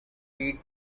eat